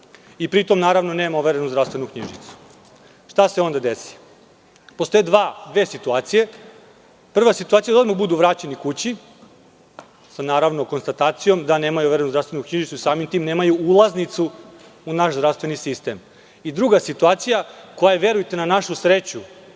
i pri tom nema overenu zdravstvenu knjižicu. Šta se onda desi? Postoje dve situacije. Prva situacija je da odmah budu vraćeni kući, sa konstatacijom da nemaju overenu zdravstvenu knjižicu i samim tim nemaju ulaznicu u naš zdravstveni sistem. Druga situacija koja je, verujte, na našu sreću,